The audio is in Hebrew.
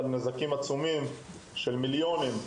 על נזקים עצומים בסדר גודל של מיליונים,